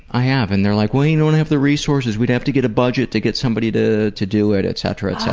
i have. and they're like, we don't you know and have the resources, we'd have to get a budget to get somebody to to do it, etc, so